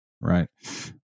right